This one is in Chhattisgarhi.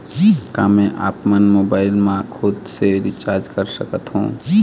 का मैं आपमन मोबाइल मा खुद से रिचार्ज कर सकथों?